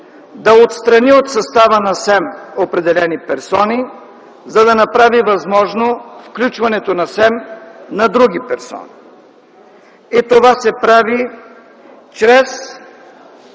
да отстрани от състава на СЕМ определени персони, за да направи възможно включването в СЕМ на други персони. Това се прави чрез